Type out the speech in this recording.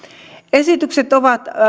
esitykset ovat